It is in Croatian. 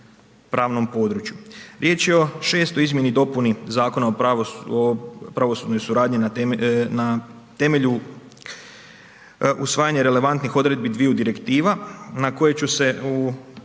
pravnom području. Riječ je o 6. izmjeni i dopuni Zakona o pravosudnoj suradnji na temelju usvajanja relevantnih odredbi dviju direktiva na koje ću se u